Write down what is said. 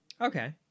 Okay